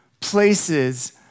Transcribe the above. places